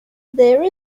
there